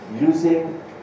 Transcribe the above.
using